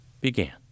began